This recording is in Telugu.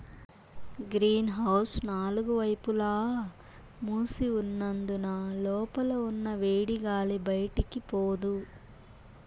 గ్రీన్ హౌస్ నాలుగు వైపులా మూసి ఉన్నందున లోపల ఉన్న వేడిగాలి బయటికి పోదు